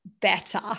better